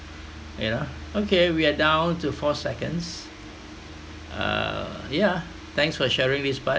you know okay we are down to four seconds uh yeah thanks for sharing this part